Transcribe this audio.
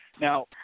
now